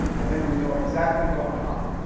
and they would know exactly what went on.